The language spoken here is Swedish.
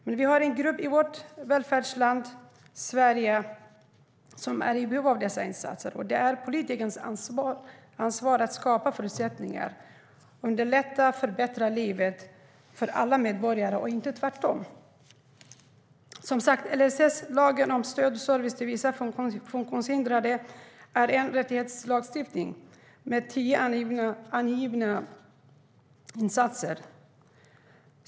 Men vi har en grupp i vårt välfärdsland Sverige som är i behov av dessa insatser, och det är politikens ansvar att skapa förutsättningar, underlätta och förbättra, inte tvärtom, för alla medborgare. LSS, lag om stöd och service till vissa funktionshindrade, är en rättighetslagstiftning med tio angivna insatser.